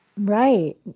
Right